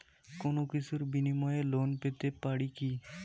কোনো কিছুর বিনিময়ে লোন পেতে পারি কি?